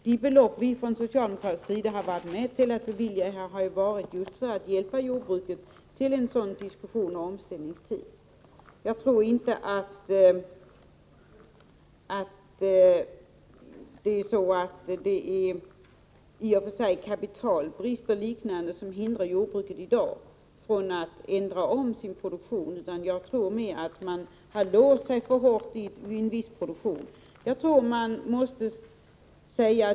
De belopp som vi från socialdemokraternas sida har gått med på att bevilja är avsedda för att hjälpa jordbrukarna till en sådan här diskussion och för en omställningstid. Jag tror inte att det är kapitalbrist och liknande som hindrar jordbruket från att i dag förändra sin produktion, utan jordbruket har i stället låst sig för hårt i viss produktion.